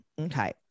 Okay